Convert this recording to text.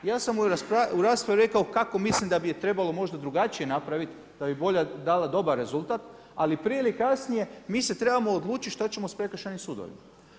Ja sam u raspravi rekao kako mislim da bi je trebalo možda drugačije napraviti da bi dala dobar rezultat, ali prije ili kasnije mi se trebamo odlučiti šta ćemo s prekršajnim sudovima.